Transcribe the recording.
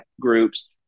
groups